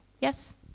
Yes